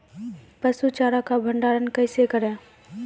पसु चारा का भंडारण कैसे करें?